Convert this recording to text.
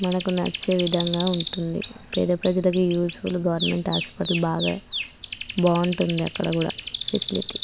మనకు నచ్చే విధంగా ఉంటుంది పేద ప్రజలకు యూజ్ఫుల్ గవర్నమెంట్ హాస్పిటల్ బాగా బావుంటుంది అక్కడ కూడా ఫెసిలిటీ